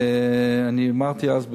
אני אמרתי אז,